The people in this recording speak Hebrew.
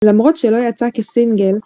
למרות שלא יצא כסינגל,